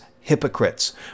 hypocrites